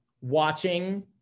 watching